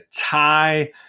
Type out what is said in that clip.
tie